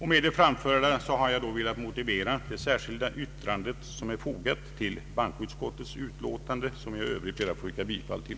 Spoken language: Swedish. Med det anförda har jag velat motivera det särskilda yttrande som är fogat till bankoutskottets utlåtande, vilket jag i Övrigt ber att få yrka bifall till.